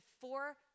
four